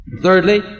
Thirdly